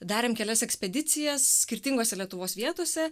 darėm kelias ekspedicijas skirtingose lietuvos vietose